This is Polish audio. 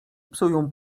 psują